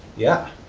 yeah.